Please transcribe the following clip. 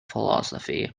philosophy